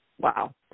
wow